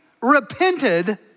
repented